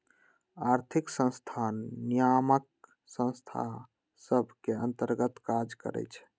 आर्थिक संस्थान नियामक संस्था सभ के अंतर्गत काज करइ छै